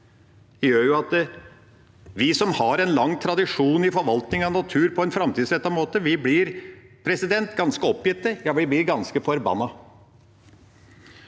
– gjør at vi som har en lang tradisjon i forvaltning av natur på en framtidsrettet måte, blir ganske oppgitte, ja, vi blir ganske forbanna.